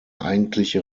eigentliche